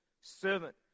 servant